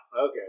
Okay